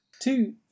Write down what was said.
Two